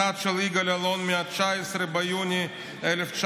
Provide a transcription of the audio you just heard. אחד של יגאל אלון מ-19 ביוני 1967,